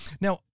now